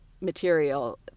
material